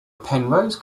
penrose